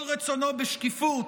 כל רצונו בשקיפות,